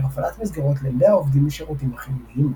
הפעלת מסגרות לילדי העובדים בשירותים החיוניים.